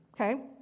okay